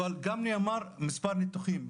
אבל גם נאמר מספר הניתוחים.